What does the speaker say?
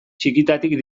txikitatik